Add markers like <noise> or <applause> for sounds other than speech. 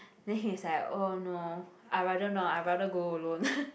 then he's like oh no I rather not I rather go alone <laughs>